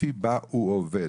הספציפי שבה הוא עובד.